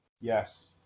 yes